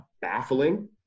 baffling